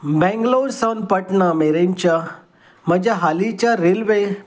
बेंगलोर सावन पटना मेरेनच्या म्हज्या हालींच्या रेल्वे